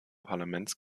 parlaments